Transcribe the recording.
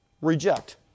Reject